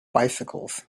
bicycles